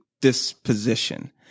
disposition